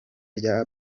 rya